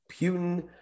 Putin